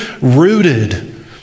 rooted